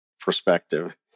perspective